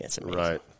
Right